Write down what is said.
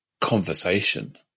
conversation